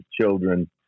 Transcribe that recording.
children